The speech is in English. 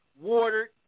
watered